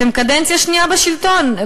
אתם קדנציה שנייה בשלטון,